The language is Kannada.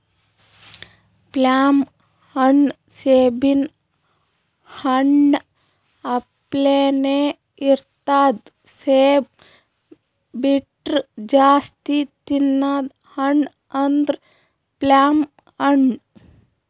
ಪ್ಲಮ್ ಹಣ್ಣ್ ಸೇಬಿನ್ ಹಣ್ಣ ಅಪ್ಲೆನೇ ಇರ್ತದ್ ಸೇಬ್ ಬಿಟ್ರ್ ಜಾಸ್ತಿ ತಿನದ್ ಹಣ್ಣ್ ಅಂದ್ರ ಪ್ಲಮ್ ಹಣ್ಣ್